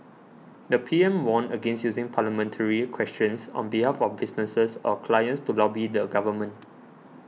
the P M warned against using parliamentary questions on behalf of businesses or clients to lobby the government